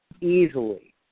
easily